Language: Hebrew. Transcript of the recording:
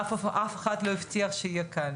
אף אחד לא הבטיח שיהיה קל.